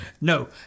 No